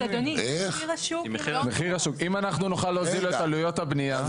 מחיר השוק, אם אנחנו נוכל להוזיל את עלויות הבניה.